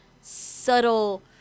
subtle